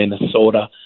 Minnesota